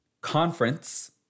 Conference